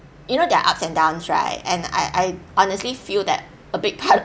you know there are ups and downs right and I I honestly feel that a big part of